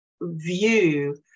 view